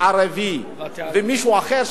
ערבי ומישהו אחר,